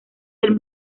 del